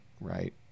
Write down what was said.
right